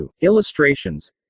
Illustrations